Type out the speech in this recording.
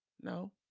No